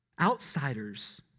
Outsiders